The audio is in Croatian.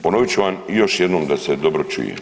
Ponovit ću vam još jednom da se dobro čuje.